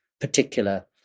particular